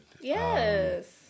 Yes